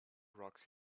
rocks